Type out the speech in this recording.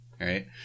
right